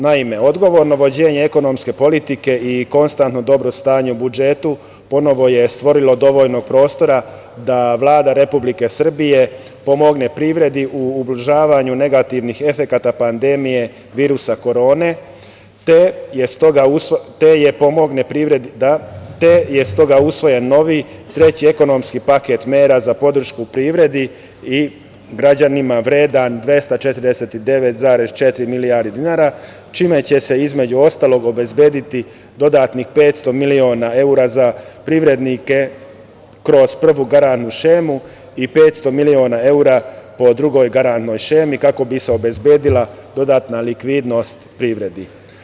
Naime, odgovorno vođenje ekonomske politike i konstantno dobro stanje u budžetu ponovo je stvorilo dovoljno prostora da Vlada Republike Srbije pomogne privredi u ublažavanju negativnih efekata pandemije virusa korone, te je stoga usvojen novi, treći ekonomski paket mera za podršku privredi i građanima, vredan 249,4 milijardi dinara, čime će se, između ostalog, obezbediti dodatnih 500 miliona evra za privrednike kroz prvu garantnu šemu i 500 miliona evra po drugoj garantnoj šemi, kako bi se obezbedila dodatna likvidnost privredi.